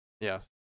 Yes